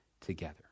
together